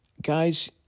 guys